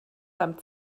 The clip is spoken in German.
beim